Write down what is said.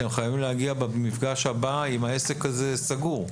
אתם חייבים להגיע למפגש הבא עם הנושא הזה סגור.